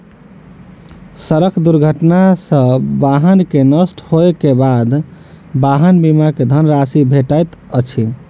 सड़क दुर्घटना सॅ वाहन के नष्ट होइ के बाद वाहन बीमा के धन राशि भेटैत अछि